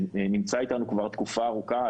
שנמצא איתנו כבר תקופה ארוכה,